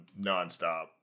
nonstop